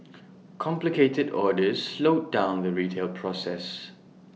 complicated orders slowed down the retail process